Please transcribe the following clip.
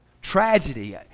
Tragedy